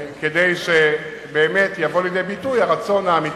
כדי שבאמת יבוא לידי ביטוי